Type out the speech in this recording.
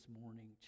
morning